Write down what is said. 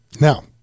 Now